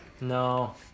no